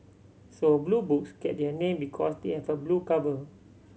so Blue Books get their name because they have a blue cover